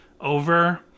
over